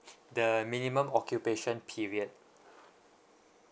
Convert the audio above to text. the minimum occupation period